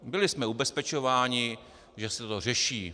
Byli jsme ubezpečováni, že se to řeší.